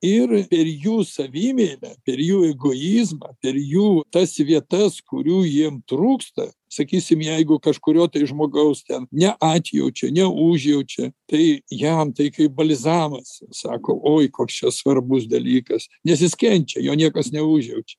ir per jų savimeilę per jų egoizmą per jų tas vietas kurių jiem trūksta sakysim jeigu kažkurio žmogaus ten neatjaučia neužjaučia tai jam tai kaip balzamas sako oi koks čia svarbus dalykas nes jis kenčia jo niekas neužjaučia